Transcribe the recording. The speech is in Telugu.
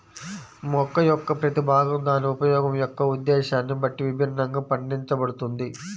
మొక్క యొక్క ప్రతి భాగం దాని ఉపయోగం యొక్క ఉద్దేశ్యాన్ని బట్టి విభిన్నంగా పండించబడుతుంది